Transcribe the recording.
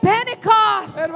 Pentecost